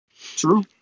True